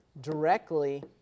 directly